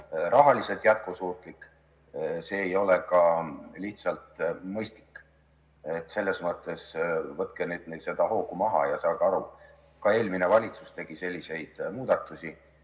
rahaliselt jätkusuutlik, see ei ole ka lihtsalt mõistlik. Selles mõttes võtke nüüd hoogu maha ja saage aru, et ka eelmine valitsus tegi selliseid muudatusi